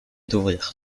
d’ouvrir